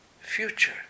future